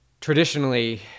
Traditionally